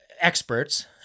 experts